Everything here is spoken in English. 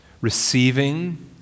receiving